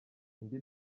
indi